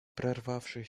прорвавшись